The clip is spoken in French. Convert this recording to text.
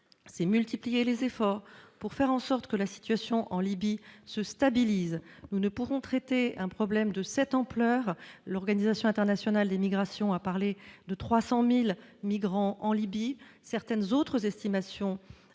nous multiplions les efforts pour que la situation en Libye se stabilise. Nous ne pourrons traiter un problème de cette ampleur- l'Organisation internationale pour les migrations a parlé de 300 000 migrants en Libye et certaines estimations